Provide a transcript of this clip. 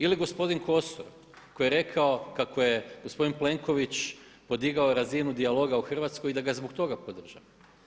Ili gospodin Kosor, koji je rekao kako je gospodin Plenković podigao razinu dijaloga u Hrvatskoj i da ga zbog toga podržava.